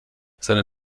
seine